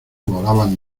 volaban